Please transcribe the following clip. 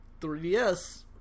3DS